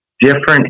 different